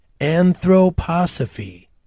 Anthroposophy